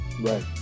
right